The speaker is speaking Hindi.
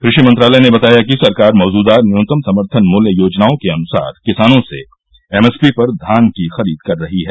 कृषि मंत्रालय ने बताया कि सरकार मौजूदा न्यूनतम समर्थन मूल्य योजनाओं के अनुसार किसानों से एमएसपी पर धान की खरीद कर रही है